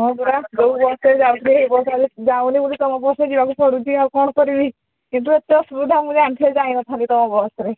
ହଁ ପରା ଯୋଉ ବସରେ ଯାଉଥିଲି ସେଇ ବସ ଯାଉନି ବୋଲି ତୁମ ବସରେ ଯିବାକୁ ପଡ଼ୁଛି ଆଉ କ'ଣ କରିବି କିନ୍ତୁ ଏତେ ଅସୁବିଧା ମୁଁ ଜାଣିଥିଲେ ଯାଇନଥାନ୍ତି ତୁମ ବସ୍ରେ